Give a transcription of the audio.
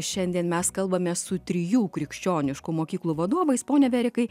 šiandien mes kalbamės su trijų krikščioniškų mokyklų vadovais pone verikai